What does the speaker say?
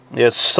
yes